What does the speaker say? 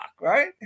right